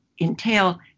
entail